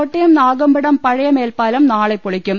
കോട്ടയം നാഗമ്പടം പഴയ മേൽപ്പാലം നാളെ പൊളിക്കും